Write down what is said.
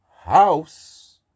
house